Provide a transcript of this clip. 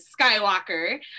Skywalker